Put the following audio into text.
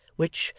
which,